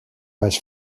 was